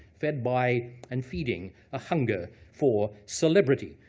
fed by and feeding a hunger for celebrity,